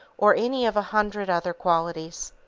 or any of a hundred other qualities.